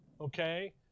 okay